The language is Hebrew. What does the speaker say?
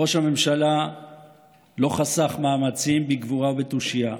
ראש הממשלה לא חסך מאמצים, בגבורה ובתושייה,